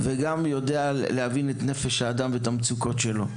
וגם יודע להבין את נפש האדם ואת המצוקות שלו,